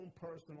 personal